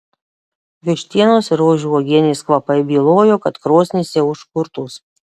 vištienos ir rožių uogienės kvapai bylojo kad krosnys jau užkurtos